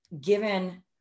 given